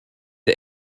der